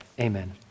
amen